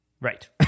Right